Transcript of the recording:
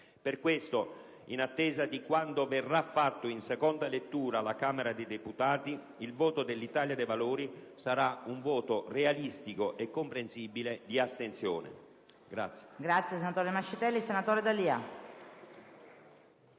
Per questo, in attesa di quanto verrà fatto in seconda lettura alla Camera dei deputati, il voto dell'Italia dei Valori sarà un voto realistico e comprensibile di astensione.